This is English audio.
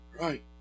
Right